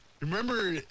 remember